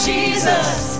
Jesus